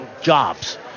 jobs